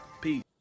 Peace